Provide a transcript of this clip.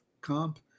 comp